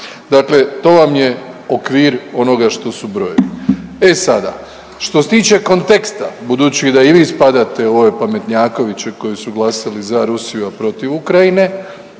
dakle to vam je okvir onoga što su brojevi. E sada, što se tiče konteksta budući da i vi spadate u ove pametnjakoviće koji su glasali za Rusiju, a protiv Ukrajine,